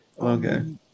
Okay